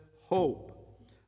hope